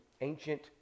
ancient